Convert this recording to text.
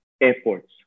airports